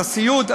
על סיעוד,